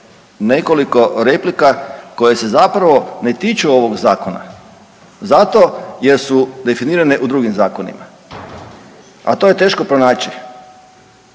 nekoliko replika koje se zapravo ne tiču ovog Zakona, zato jer su definirane u drugim Zakonima, a to je teško pronaći.